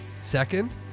Second